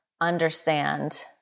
understand